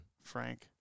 Frank